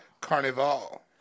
Carnival